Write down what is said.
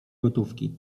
gotówki